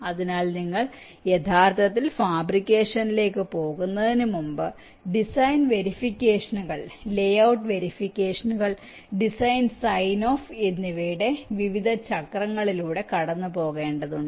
അതിനാൽ നിങ്ങൾ യഥാർത്ഥത്തിൽ ഫാബ്രിക്കേഷനിലേക്ക് പോകുന്നതിന് മുമ്പ് ഡിസൈൻ വെരിഫിക്കേഷനുകൾ ലേ ഔട്ട് വെരിഫിക്കേഷനുകൾ ഡിസൈൻ സൈൻ ഓഫ് എന്നിവയുടെ വിവിധ ചക്രങ്ങളിലൂടെ കടന്നുപോകേണ്ടതുണ്ട്